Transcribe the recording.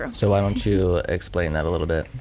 um so why don't you explain that a little bit.